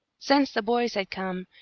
since the boys had come,